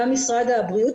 גם משרד הבריאות,